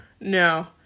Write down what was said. No